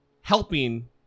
helping